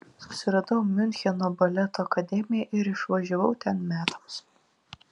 susiradau miuncheno baleto akademiją ir išvažiavau ten metams